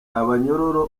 abanyororo